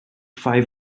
five